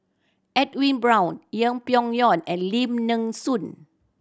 Edwin Brown Yeng Pway Ngon and Lim Nee Soon